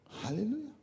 Hallelujah